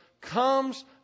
comes